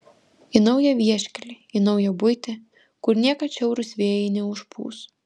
į naują vieškelį į naują buitį kur niekad šiaurūs vėjai neužpūs